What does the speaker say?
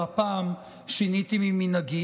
והפעם שיניתי ממנהגי.